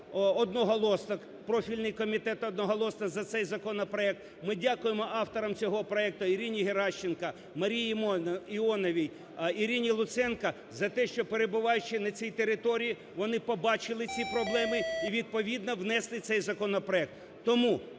профільний комітет одноголосно за цей законопроект. Ми дякуємо авторам цього проекту: Ірині Геращенко, Марії Іоновій, Ірині Луценко за те, що перебуваючи на цій території вони побачили ці проблеми і відповідно внесли цей законопроект.